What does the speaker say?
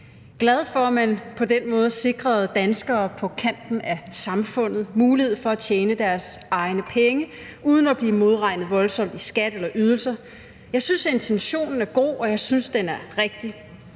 glad for, at man på den måde sikrede danskere på kanten af samfundet mulighed for at tjene deres egne penge uden at blive modregnet voldsomt i skat eller ydelser. Jeg synes, intentionen er god, og jeg synes, den er rigtig.